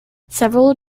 several